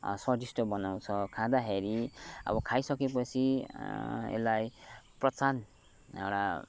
स्वादिष्ट बनाउँछ खाँदाखेरि अब खाइसकेपछि यसलाई पाचन एउटा